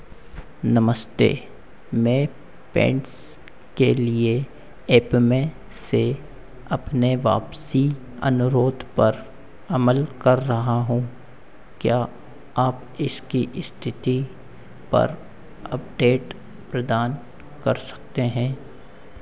नमस्ते मैं पैंट्स के लिए एपमे से अपने वापसी अनुरोध पर अमल कर रहा हूँ क्या आप इसकी स्थिति पर अपडेट प्रदान कर सकते हैं